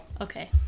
Okay